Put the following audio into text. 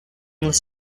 this